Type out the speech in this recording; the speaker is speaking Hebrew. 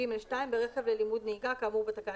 כהגדרתו בתקנה